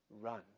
run